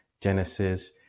Genesis